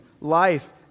life